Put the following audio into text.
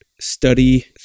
study